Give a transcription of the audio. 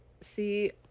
see